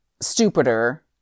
stupider